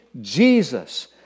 Jesus